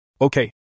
Okay